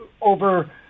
over